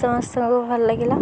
ସମସ୍ତଙ୍କୁ ଭଲ ଲାଗିଲା